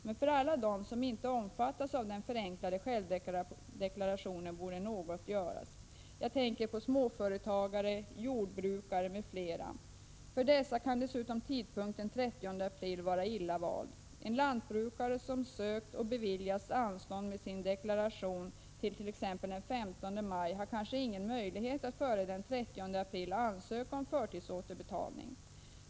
Men för alla dem som inte omfattas av den förenklade självdeklarationen borde något göras. Jag tänker på småföretagare, jordbrukare m.fl. För dessa kan dessutom tidpunkten 30 april vara illa vald. En lantbrukare som sökt och beviljats anstånd med sin deklaration till exempelvis den 15 maj har kanske ingen möjlighet att före den 30 april ansöka om förtidsåterbetalning.